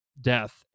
death